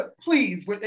Please